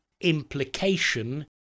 implication